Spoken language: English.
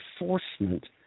enforcement